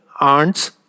aunts